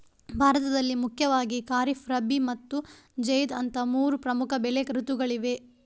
ಭಾರತದಲ್ಲಿ ಮುಖ್ಯವಾಗಿ ಖಾರಿಫ್, ರಬಿ ಮತ್ತು ಜೈದ್ ಅಂತ ಮೂರು ಪ್ರಮುಖ ಬೆಳೆ ಋತುಗಳಿವೆ